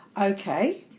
okay